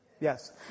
Yes